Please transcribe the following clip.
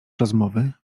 rozmowy